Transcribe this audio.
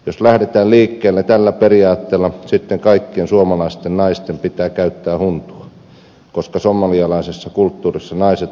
jos lähdetään liikkeelle tällä periaatteella sitten kaikkien suomalaisten naisten pitää käyttää huntua koska somalialaisessa kulttuurissa ovat hunnutettuja